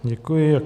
Děkuji.